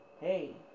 hey